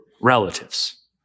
relatives